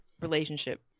relationship